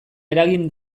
eragin